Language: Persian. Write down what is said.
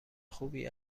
خوبی